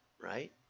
right